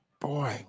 boy